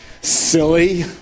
Silly